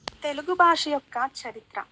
తెలుగు భాష యొక్క చరిత్ర